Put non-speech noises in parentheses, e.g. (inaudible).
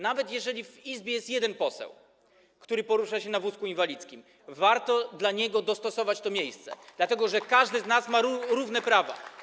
Nawet jeżeli w Izbie jest jeden poseł, który porusza się na wózku inwalidzkim, to warto dla niego dostosować to miejsce, (applause) dlatego że każdy z nas ma równe prawa.